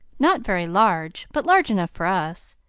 not very large, but large enough for us.